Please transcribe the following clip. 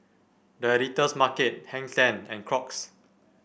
The Editor's Market Hang Ten and Crocs